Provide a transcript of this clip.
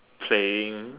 playing